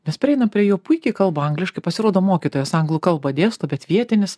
mes prieinam prie jo puikiai kalba angliškai pasirodo mokytojas anglų kalbą dėsto bet vietinis